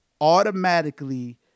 automatically